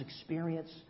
experience